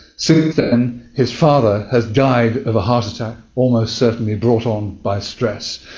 since then his father has died of a heart attack, almost certainly brought on by stress,